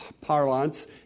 parlance